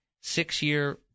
six-year